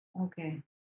Okay